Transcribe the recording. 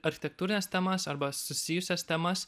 architektūrines temas arba susijusias temas